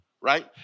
Right